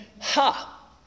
ha